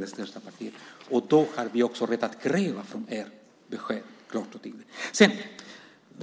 det största partiet, och då har vi rätt att kräva ett klart och tydligt besked av er.